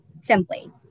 simply